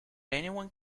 anyone